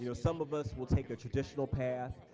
you know some of us will take a traditional path,